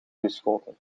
geschoten